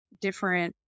different